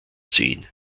zehn